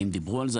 האם דיברו על זה?